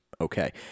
okay